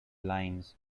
limes